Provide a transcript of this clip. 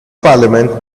parliament